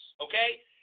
okay